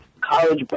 college